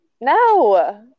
No